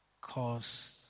Cause